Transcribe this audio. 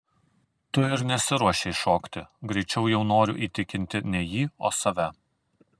tu ir nesiruošei šokti greičiau jau noriu įtikinti ne jį o save